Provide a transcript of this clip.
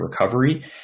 Recovery